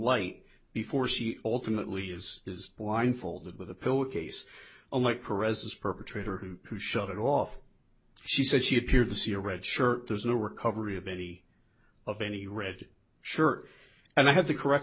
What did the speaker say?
light before she ultimately is is blindfolded with the pill case unlike presence perpetrator who shut it off she said she appeared to see a red shirt there's no recovery of any of any red shirt and i had to correct